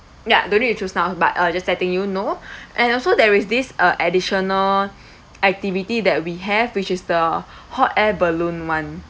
ya don't need to choose now but uh just letting you know and also there is this uh additional activity that we have which is the hot air balloon [one]